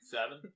Seven